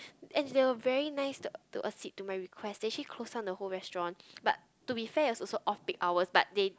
and they were very nice to to accede to my request they actually close down the whole restaurant but to be fair it was also off peak hours but they